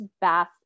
bath